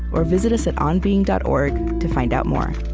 or visit us at onbeing dot org to find out more